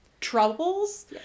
troubles